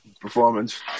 performance